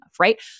right